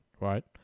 right